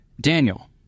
Daniel